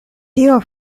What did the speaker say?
tio